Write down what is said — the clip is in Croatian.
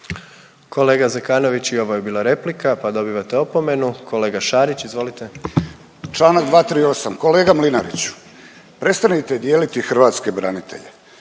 Kolega Zekanović i ovo je bila replika pa dobivate opomenu. Kolega Šarić izvolite. **Šarić, Josip (HDZ)** Čl. 238., kolega Mlinariću prestanite dijeliti hrvatske branitelje.